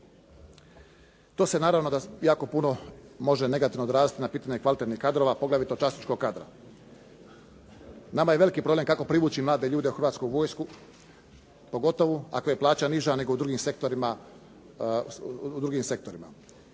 To se naravno jako puno može negativno odraziti na pitanje kvalitetnih kadrova, poglavito časničkog kadra. Nama je veliki problem kako privući mlade ljude u Hrvatsku vojsku, pogotovo ako je plaća niža nego u drugim sektorima.